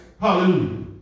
Hallelujah